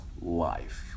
life